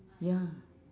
ya